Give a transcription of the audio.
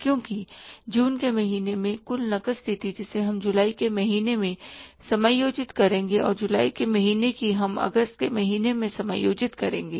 क्योंकि जून के महीने में कुल नकद स्थिति जिसे हम जुलाई के महीने में समायोजित करेंगे और जुलाई के महीने की हम अगस्त के महीने में समायोजित करेंगे